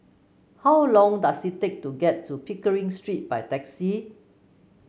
how long does it take to get to Pickering Street by taxi